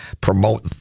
promote